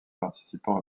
participant